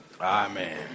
Amen